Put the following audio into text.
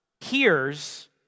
hears